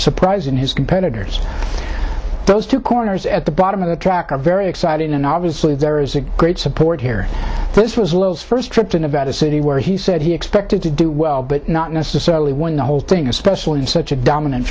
surprise in his competitors those two corners at the bottom of the track are very exciting and obviously there is a great support here this was loads first trip to nevada city where he said he expected to do well but not necessarily won the whole thing especially in such a dominant